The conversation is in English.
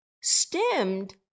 stemmed